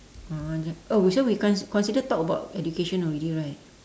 ah j~ oh so we con~ consider talk about education already right